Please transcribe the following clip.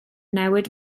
newid